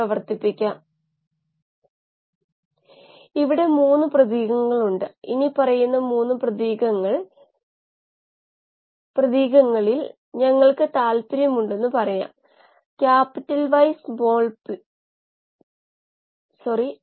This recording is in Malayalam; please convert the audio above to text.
പ്രവർത്തന സാഹചര്യങ്ങളായ ഈനോകുലം രീതികൾ ആന്റിഫോം ഉപയോഗം അലിഞ്ഞ ഓക്സിജൻ ലെവൽ തുടങ്ങിയവ പരീക്ഷിച്ചുനോക്കുന്നു